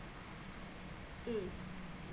mm